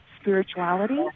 spirituality